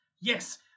Yes